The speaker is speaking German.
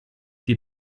die